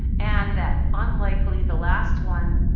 and that unlike the the last one,